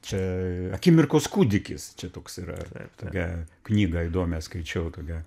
čia akimirkos kūdikis čia toks yra tokią knygą įdomią skaičiau tokią